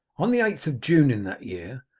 on the eighth of june in that year,